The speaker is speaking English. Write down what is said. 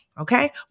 Okay